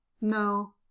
no